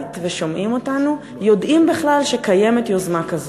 ושומעים אותנו יודעים בכלל שקיימת יוזמה כזאת?